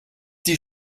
die